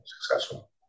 successful